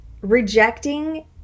rejecting